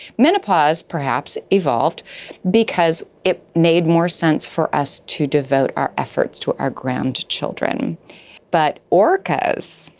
menopause perhaps evolved because it made more sense for us to devote our efforts to our grandchildren. but orcas,